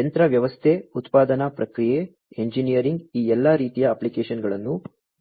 ಯಂತ್ರ ವ್ಯವಸ್ಥೆ ಉತ್ಪಾದನಾ ಪ್ರಕ್ರಿಯೆ ಎಂಜಿನಿಯರಿಂಗ್ ಈ ಎಲ್ಲಾ ರೀತಿಯ ಅಪ್ಲಿಕೇಶನ್ಗಳನ್ನು ಬೆಂಬಲಿಸುತ್ತದೆ